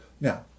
Now